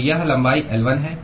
तो यह लंबाई L1 है